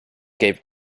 gave